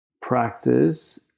practice